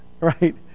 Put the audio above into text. right